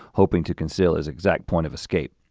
hoping to conceal his exact point of escape.